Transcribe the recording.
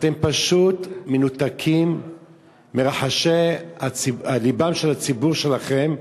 אתם פשוט מנותקים מרחשי הלב של הציבור שלכם,